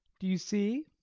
do you see?